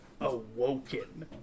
awoken